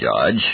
judge